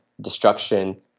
destruction